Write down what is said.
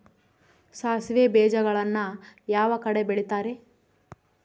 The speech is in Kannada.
ಸಾಸಿವೆ ಬೇಜಗಳನ್ನ ಯಾವ ಕಡೆ ಬೆಳಿತಾರೆ?